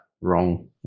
wrong